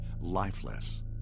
lifeless